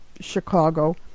Chicago